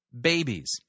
Babies